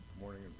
morning